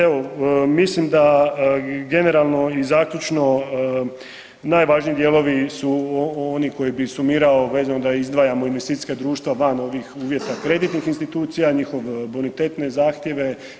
Evo, mislim da generalno i zaključno najvažniji dijelovi su oni koje bi sumirao vezano da izdvajamo investicijska društva van ovih uvjeta kreditnih institucija i njihove bonitetne zahtjeve.